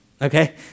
Okay